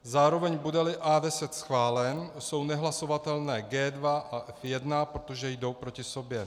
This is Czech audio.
Zároveň budeli A10 schválen, jsou nehlasovatelné G2 a F1, protože jdou proti sobě.